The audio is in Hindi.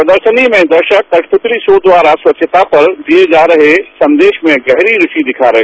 प्रदर्शनी में दर्शक कवपृत्ती शो द्वारा स्वच्छता पर दिये जा रहे संदेश में गहरी रूचि दिखा रहे